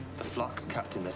the flux, captain.